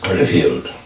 revealed